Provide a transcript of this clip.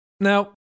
Now